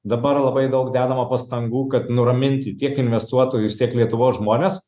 dabar labai daug dedama pastangų kad nuraminti tiek investuotojus tiek lietuvos žmones